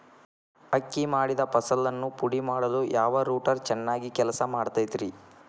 ಅಕ್ಕಿ ಮಾಡಿದ ಫಸಲನ್ನು ಪುಡಿಮಾಡಲು ಯಾವ ರೂಟರ್ ಚೆನ್ನಾಗಿ ಕೆಲಸ ಮಾಡತೈತ್ರಿ?